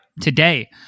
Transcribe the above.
today